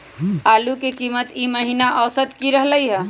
आलू के कीमत ई महिना औसत की रहलई ह?